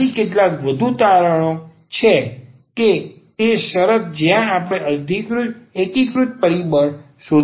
ત્યાંથી કેટલાક વધુ તારણો છે કે તે શરત છે જ્યાં આપણે એકીકૃત પરિબળ શોધી શકીએ છીએ